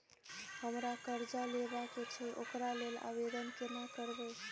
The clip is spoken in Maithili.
हमरा कर्जा लेबा के छै ओकरा लेल आवेदन केना करबै?